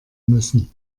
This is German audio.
müssen